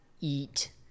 eat